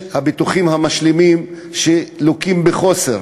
הביטוחים המשלימים, שלוקים בחסר.